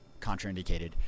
contraindicated